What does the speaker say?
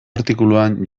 artikuluan